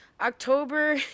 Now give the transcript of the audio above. October